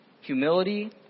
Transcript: Humility